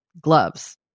gloves